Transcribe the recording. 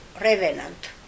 revenant